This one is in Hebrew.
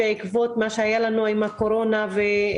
בעקבות מה שהיה לנו עם הקורונה אנחנו